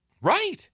Right